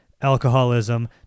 alcoholism